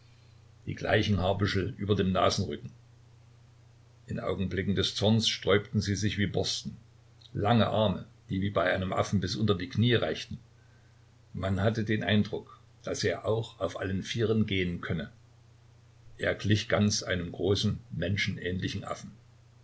die gleichen haarbüschel über dem nasenrücken in augenblicken des zornes sträubten sie sich wie borsten lange arme die wie bei einem affen bis unter die knie reichten man hatte den eindruck daß er auch auf allen vieren gehen könne er glich ganz einem großen menschenähnlichen affen